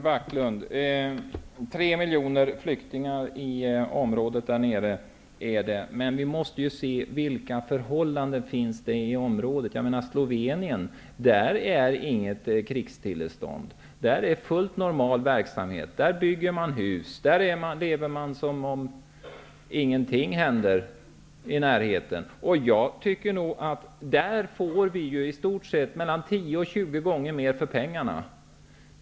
Herr talman! Det finns tre miljoner flyktingar i i området, Rune Backlund. Men vi måste se till vilka förhållanden det finns där. I Sloveninen råder inget krigstillstånd. Där sker en fullt normal verksamhet. Där bygger man hus och lever som om ingenting händer i närheten. Vi får 10--20 gånger mer för pengarna där.